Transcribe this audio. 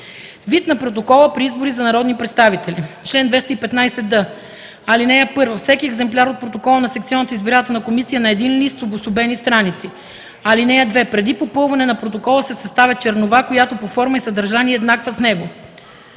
Вид на протокола при избори за народни представители Чл. 215д. (1) Всеки екземпляр на протокола на секционната избирателна комисия е на един лист с обособени страници. (2) Преди попълване на протокола се съставя чернова, която по форма и съдържание е еднаква с него.